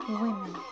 women